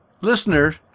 listeners